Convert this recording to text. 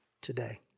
today